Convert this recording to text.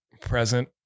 present